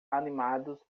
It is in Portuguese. animados